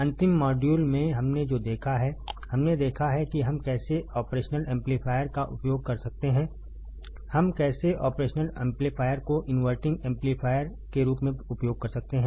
अंतिम मॉड्यूल में हमने जो देखा है हमने देखा है कि हम कैसे ऑपरेशनल एम्पलीफायर का उपयोग कर सकते हैं हम कैसे ऑपरेशनल एम्पलीफायर को इन्वर्टिंग एम्पलीफायर के रूप में उपयोग कर सकते हैं